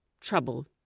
trouble